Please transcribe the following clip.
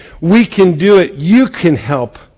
we-can-do-it-you-can-help